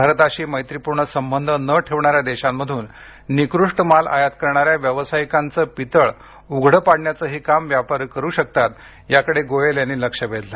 भारताशी मैत्रीपूर्ण संबंध न ठेवणाऱ्या देशांमधून निकृष्ट माल आयात करणाऱ्या व्यवसायिकांचं पितळ उघडं पाडण्याचंही काम व्यापारी करु शकतात याकडे गोयल यांनी लक्ष वेधलं